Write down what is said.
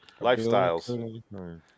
Lifestyles